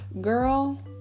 Girl